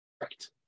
right